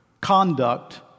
Conduct